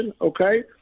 okay